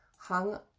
hung